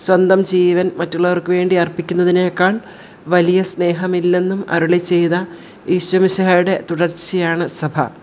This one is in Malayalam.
സ്വന്തം ജീവൻ മറ്റുള്ളവർക്കു വേണ്ടി അർപ്പിക്കുന്നതിനേക്കാൾ വലിയ സ്നേഹമില്ലെന്നും അരുളി ചെയ്ത ഈശോമിശിഹായുടെ തുടർച്ചയാണ് സഭ